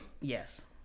yes